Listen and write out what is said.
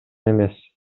эмес